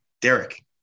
Derek